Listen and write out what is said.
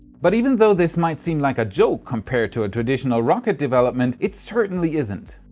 but even though, this might seem like a joke compared to traditional rocket development, it certainly isn't.